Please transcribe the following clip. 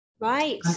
Right